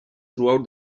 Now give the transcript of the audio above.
throughout